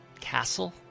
castle